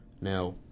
Now